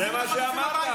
זה מה שאמרת עכשיו.